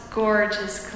gorgeous